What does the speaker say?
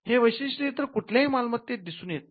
हे वैशिष्ट इतर कुठल्याही मालमत्तेत दिसून येत नाही